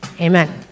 Amen